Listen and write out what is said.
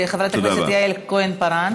חברת הכנסת יעל כהן-פארן.